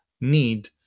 need